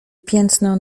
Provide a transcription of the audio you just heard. piętno